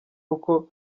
uko